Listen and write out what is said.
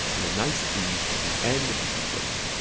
and a nice ease to the end of the sequence.